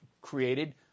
created